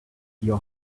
your